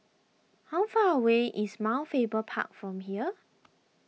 how far away is Mount Faber Park from here